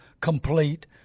complete